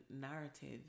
narrative